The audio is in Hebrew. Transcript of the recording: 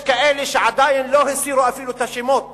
יש כאלה שעדיין לא הסירו אפילו את השמות